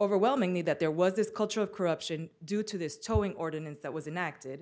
overwhelmingly that there was this culture of corruption due to this towing ordinance that was enacted